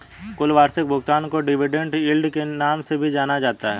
कुल वार्षिक भुगतान को डिविडेन्ड यील्ड के नाम से भी जाना जाता है